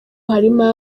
harimo